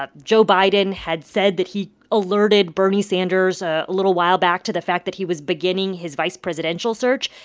ah joe biden had said that he alerted bernie sanders a little while back to the fact that he was beginning his vice presidential search.